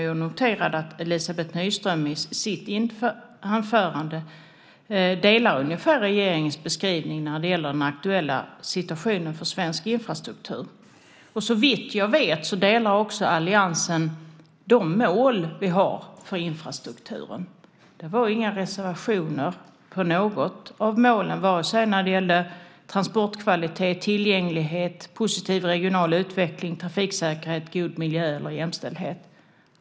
Jag noterade att Elizabeth Nyström i sitt anförande ungefär delar uppfattningen om regeringens beskrivning när det gäller den aktuella situationen för svensk infrastruktur. Såvitt jag vet ställer sig också alliansen bakom de mål vi har för infrastrukturen. Det var inga reservationer på något av målen, vare sig när det gällde transportkvalitet, tillgänglighet, positiv regional utveckling, trafiksäkerhet, god miljö eller jämställdhet.